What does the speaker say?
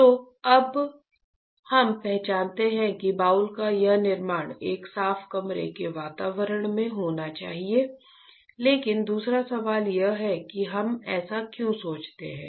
तो अब हम पहचानते हैं कि बाउल का यह निर्माण एक साफ कमरे के वातावरण में होना चाहिए लेकिन दूसरा सवाल यह है कि हम ऐसा क्यों सोचते हैं